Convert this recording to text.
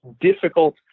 difficult